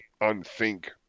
unthink